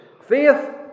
Faith